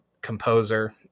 composer